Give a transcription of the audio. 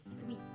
sweet